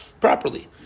properly